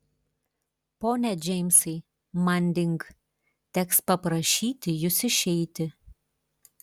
pone džeimsai manding teks paprašyti jus išeiti